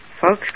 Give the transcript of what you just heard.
Folks